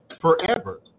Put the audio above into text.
forever